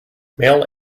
male